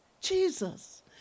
Jesus